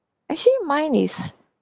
actually mine is